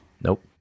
nope